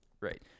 Right